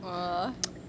!wah!